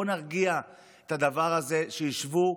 בואו נרגיע את הדבר הזה, ושישבו.